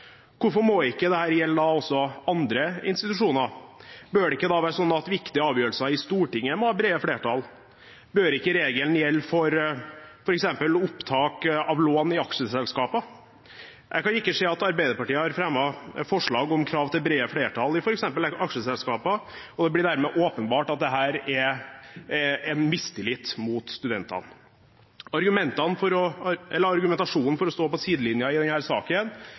Hvorfor må ikke dette da gjelde også andre institusjoner? Bør det ikke da være sånn at viktige avgjørelser i Stortinget må ha brede flertall? Bør ikke regelen gjelde for f.eks. opptak av lån i aksjeselskaper? Jeg kan ikke se at Arbeiderpartiet har fremmet forslag om krav til brede flertall i f.eks. aksjeselskaper, og det blir dermed åpenbart at dette er en mistillit til studentene. Argumentasjonen for å